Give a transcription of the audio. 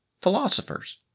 Philosophers